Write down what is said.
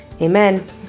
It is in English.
Amen